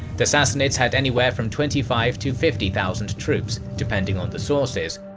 the sassanids had anywhere from twenty five to fifty thousand troops, depending on the sources,